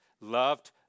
loved